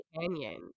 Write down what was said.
Canyon